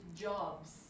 jobs